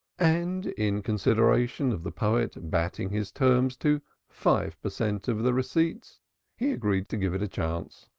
and in consideration of the poet bating his terms to five per cent. of the receipts he agreed to give it a chance.